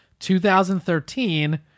2013